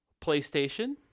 PlayStation